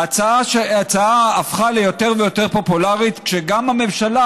ההצעה הפכה ליותר ויותר פופולרית כשגם הממשלה,